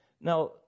now